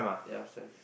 ya upstairs